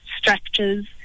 structures